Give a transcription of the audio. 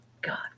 God